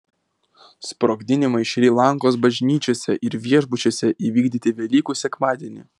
sprogdinimai šri lankos bažnyčiose ir viešbučiuose įvykdyti velykų sekmadienį